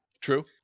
True